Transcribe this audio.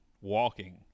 walking